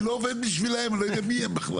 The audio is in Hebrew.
אני לא עובד בשבילם, אני לא יודע מי הם בכלל.